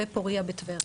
ו"פוריה" בטבריה.